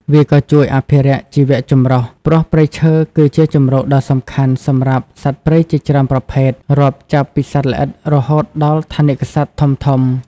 វាក៏ជួយអភិរក្សជីវៈចម្រុះ ព្រោះព្រៃឈើគឺជាជម្រកដ៏សំខាន់សម្រាប់សត្វព្រៃជាច្រើនប្រភេទ រាប់ចាប់ពីសត្វល្អិតរហូតដល់ថនិកសត្វធំៗ។